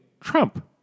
Trump